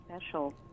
special